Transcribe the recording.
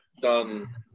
done